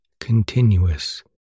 continuous